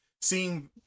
seeing